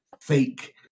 fake